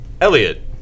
Elliot